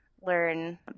learn